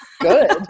good